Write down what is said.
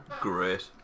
Great